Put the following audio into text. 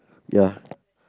ya